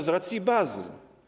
Z racji bazy.